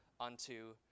unto